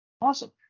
Awesome